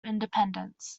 independence